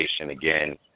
again